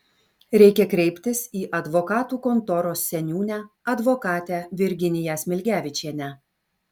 reikia kreiptis į advokatų kontoros seniūnę advokatę virginiją smilgevičienę